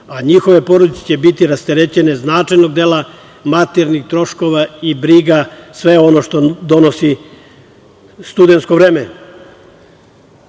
a njihove porodice će biti rasterećene značajnog dela materijalnih troškova i briga, sve ono što donosi studensko vreme. Pošto